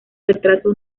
retraso